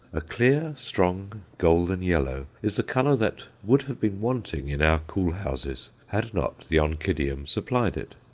a clear, strong, golden yellow is the colour that would have been wanting in our cool houses had not the oncidium supplied it.